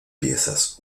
piezas